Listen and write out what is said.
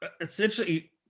essentially